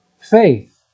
faith